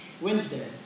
Wednesday